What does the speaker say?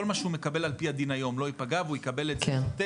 כל מה שהוא מקבל על פי הדין היום לא ייפגע והוא יקבל את זה שוטף,